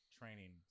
training